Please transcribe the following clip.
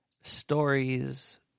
stories